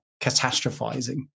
catastrophizing